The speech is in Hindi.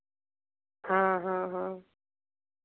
हाँ हाँ हाँ